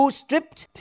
stripped